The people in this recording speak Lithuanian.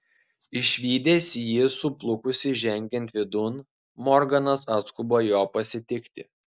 išvydęs jį suplukusį žengiant vidun morganas atskuba jo pasitikti